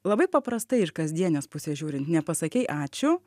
labai paprastai iš kasdienės pusės žiūrint nepasakei ačiū